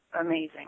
amazing